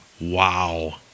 Wow